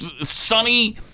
sunny